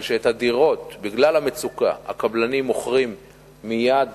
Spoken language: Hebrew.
משום שבגלל המצוקה הקבלנים מוכרים את הדירות מייד